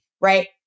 right